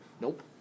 nope